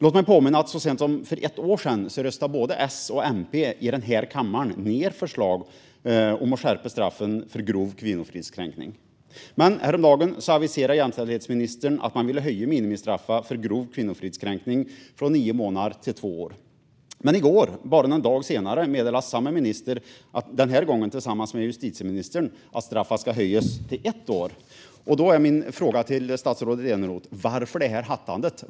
Låt mig påminna om att så sent som för ett år sedan röstade både S och MP i denna kammare ned förslag om att skärpa straffen för grov kvinnofridskränkning. Häromdagen aviserade jämställdhetsministern att man ville höja minimistraffet för grov kvinnofridskränkning från nio månader till två år. Men i går, bara någon dag senare, meddelade samma minister, den här gången tillsammans med justitieministern, att straffet ska höjas till ett år. Då är min fråga till statsrådet Eneroth: Varför det här hattandet?